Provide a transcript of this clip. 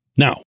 Now